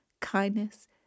kindness